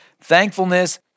Thankfulness